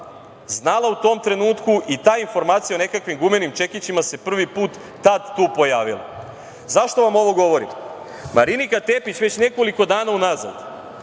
znala u tom trenutku i ta informacija o nekakvim gumenim čekićima se prvi put tad tu pojavila.Zašto vam ovo govorim? Marinika Tepić već nekoliko dana unazad